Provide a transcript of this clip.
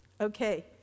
Okay